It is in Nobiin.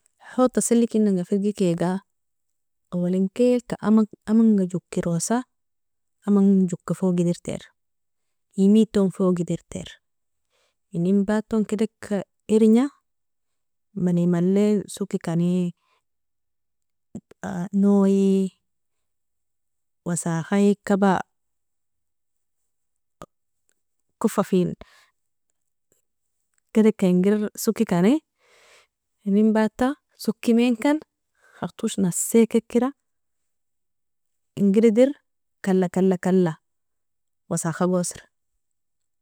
Hota selikinanga firgikiga, awalinkilka amanga jokirosa aman joka fogidirtir, emdton fogidirtar, inenbaton kedika irnja mani maile sokikani noie wasakhaie kaba kofafen kedika inger sokikani inenbata sokimainkan khartosh nasekikera inger ider kala, kala, kala wasakhaga oser.